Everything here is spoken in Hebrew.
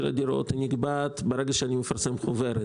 הדירות נקבעת ברגע שאני מפרסם חוברת.